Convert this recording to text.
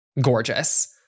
gorgeous